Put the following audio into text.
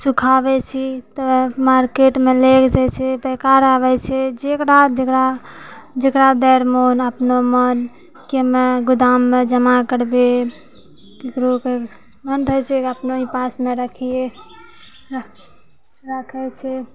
सुखाबै छी तब मार्केटमे लएके जाइ छै पहिकार आबै छै जकरा जकरा जकरा भेलो अपना मन कि गोदाममे जमा करबै ककरोके मन रहै छै कि अपने ही पासमे रखियै तऽ राखै छै